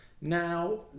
Now